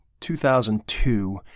2002